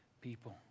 people